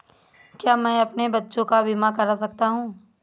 क्या मैं अपने बच्चों का बीमा करा सकता हूँ?